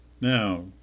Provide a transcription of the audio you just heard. Now